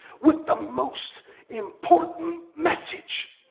with the most important message.